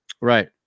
Right